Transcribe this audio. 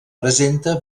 presenta